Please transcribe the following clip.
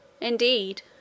Indeed